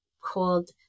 called